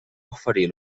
oferir